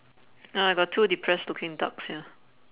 oh I got two depressed looking ducks here